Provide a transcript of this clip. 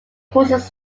courses